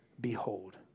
behold